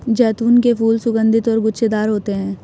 जैतून के फूल सुगन्धित और गुच्छेदार होते हैं